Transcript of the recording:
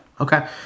Okay